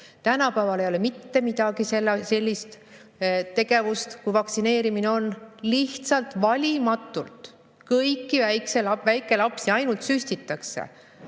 Tänapäeval ei ole mitte midagi sellist, vaktsineerimine käib lihtsalt valimatult. Kõiki väikelapsi ainult süstitakse.